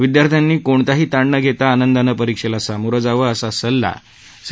विद्यार्थ्यांनी कोणताही ताण न घेता आनंदाने परीक्षेला सामोरं जावं असा सल्ला सी